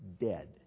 dead